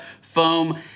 foam